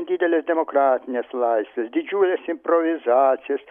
dideles demokratines laisves didžiules improvizacijas